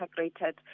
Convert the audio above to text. integrated